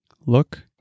Look